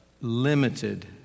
limited